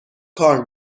کار